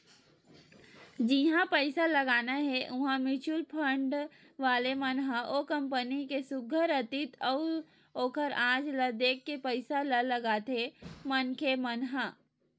जिहाँ पइसा लगाना हे उहाँ म्युचुअल फंड वाले मन ह ओ कंपनी के सुग्घर अतीत अउ ओखर आज ल देख के पइसा ल लगाथे मनखे मन ह